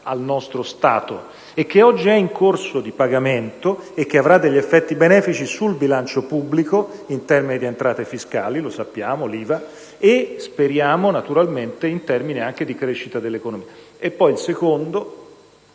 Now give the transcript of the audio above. al nostro Stato, e che oggi è in corso di pagamento ed avrà effetti benefici sul bilancio pubblico, in termini di entrate fiscali (lo sappiamo, l'IVA), e speriamo naturalmente in termini anche di crescita dell'economia.